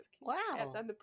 Wow